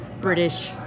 British